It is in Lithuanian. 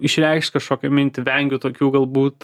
išreikšt kažkokią mintį vengiu tokių galbūt